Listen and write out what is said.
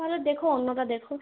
তাহলে দেখো অন্যটা দেখো